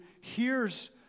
hears